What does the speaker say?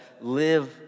live